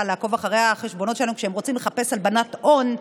לעקוב אחרי החשבונות שלנו כשהם רוצים לחפש הלבנת הון.